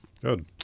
Good